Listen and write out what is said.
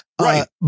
right